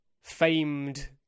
famed